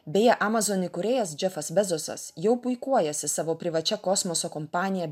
beje amazon įkūrėjas džefas bezosas jau puikuojasi savo privačia kosmoso kompanija